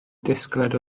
disgled